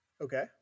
Okay